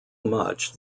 much